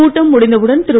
கூட்டம் முடிந்தவுடன் திரு